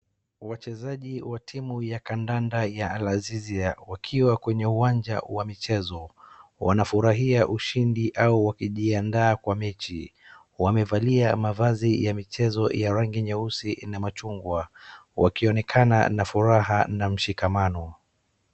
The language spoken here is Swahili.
Wachezaji wa timu ya kandanda ya Al-Azizir wakiwa kwenye uwanja wa michezo. Wanafurahia ushindi au wakijiandaa kwa mechi. Wamevaliaa mavazi ya michezo ya rangi nyeusi na machungwa wakionekana na furaha na mshikamano.